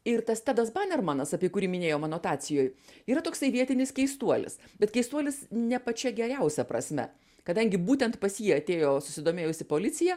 ir tas tedas banermanas apie kurį minėjom anotacijoj yra toksai vietinis keistuolis bet keistuolis ne pačia geriausia prasme kadangi būtent pas jį atėjo susidomėjusi policija